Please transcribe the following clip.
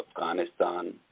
afghanistan